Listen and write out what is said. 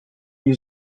new